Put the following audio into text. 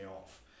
off